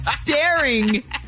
staring